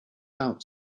out